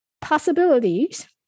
possibilities